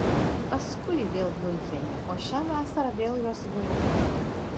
paskui vėl miunchene o šią vasarą vėl jos viloje